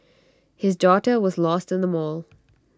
his daughter was lost in the mall